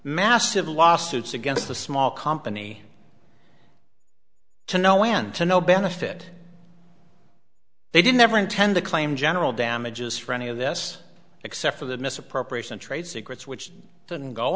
massive lawsuits against a small company to no end to no benefit they didn't ever intend to claim general damages for any of this except for the misappropriation trade secrets which didn't go